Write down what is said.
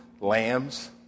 lambs